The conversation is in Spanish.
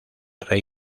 rey